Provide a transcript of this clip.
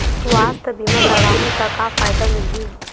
सुवास्थ बीमा करवाहू त का फ़ायदा मिलही?